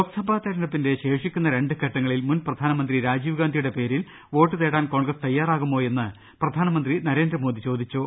ലോക്സഭാ തെരഞ്ഞെടുപ്പിന്റെ ശേഷിക്കുന്ന രണ്ട് ഘട്ടങ്ങളിൽ മുൻ പ്രധാനമന്ത്രി രാജീവ് ഗാന്ധിയുടെ പേരിൽ വോട്ട് തേടാൻ കോൺഗ്രസ് തയാറാകുമോ എന്ന് പ്രധാനമന്ത്രി നരേന്ദ്രമോദി ചോദി ച്ചു